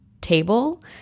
table